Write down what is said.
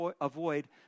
avoid